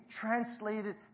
translated